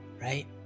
right